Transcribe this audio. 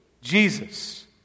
Jesus